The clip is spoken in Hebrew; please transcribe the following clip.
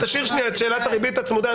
תשאיר רגע בצד את שאלת הריבית הצמודה.